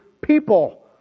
people